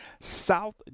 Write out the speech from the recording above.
South